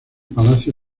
palacio